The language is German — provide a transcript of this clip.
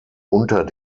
unter